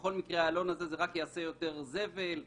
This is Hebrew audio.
כנראה שבכל זאת זה יכול לעבוד וזה גם ישים.